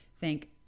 thank